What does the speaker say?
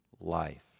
life